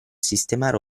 sistemare